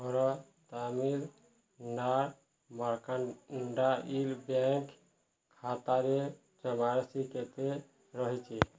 ମୋର Tamil Nadu mercantile bank ଖାତାରେ ଜମାରାଶି କେତେ ରହିଛି